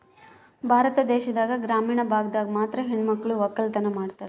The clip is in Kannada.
ಭಾರತ ದೇಶದಾಗ ಗ್ರಾಮೀಣ ಭಾಗದಾಗ ಮಾತ್ರ ಹೆಣಮಕ್ಳು ವಕ್ಕಲತನ ಮಾಡ್ತಾರ